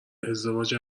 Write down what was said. ازدواج